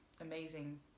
Amazing